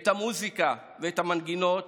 את המוזיקה ואת המנגינות